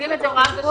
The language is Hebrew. השעה.